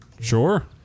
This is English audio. sure